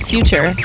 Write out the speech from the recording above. Future